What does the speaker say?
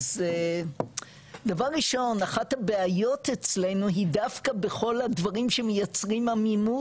אז דבר ראשון אחת הבעיות אצלנו היא דווקא בכל הדברים שמייצרים עמימות